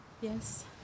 Yes